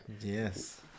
Yes